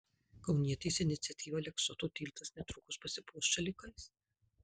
kaunietės iniciatyva aleksoto tiltas netrukus pasipuoš šalikais